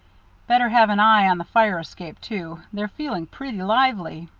better have an eye on the fire escape, too they're feeling pretty lively.